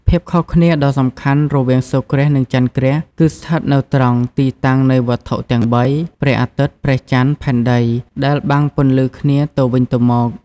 ភាពខុសគ្នាដ៏សំខាន់រវាងសូរ្យគ្រាស និងចន្ទគ្រាស គឺស្ថិតនៅត្រង់ ទីតាំងនៃវត្ថុទាំងបី ព្រះអាទិត្យ ព្រះចន្ទ ផែនដី ដែលបាំងពន្លឺគ្នាទៅវិញទៅមក ។